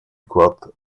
вклад